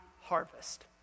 harvest